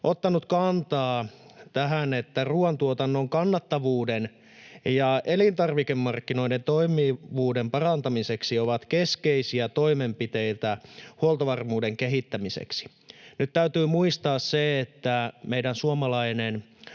ottanut kantaa tähän, että ruoantuotannon kannattavuuden ja elintarvikemarkkinoiden toimivuuden parantaminen ovat keskeisiä toimenpiteitä huoltovarmuuden kehittämiseksi. Nyt täytyy muistaa, että meidän suomalaiset